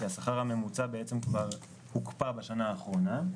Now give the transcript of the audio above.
כי השכר הממוצע כבר הוקפא בשנה האחרונה,